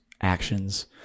actions